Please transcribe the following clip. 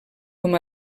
com